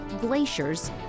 glaciers